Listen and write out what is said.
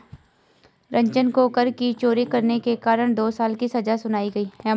रंजन को कर की चोरी करने के कारण दो साल की सजा सुनाई गई